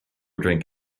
drink